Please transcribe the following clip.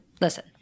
Listen